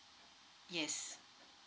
yes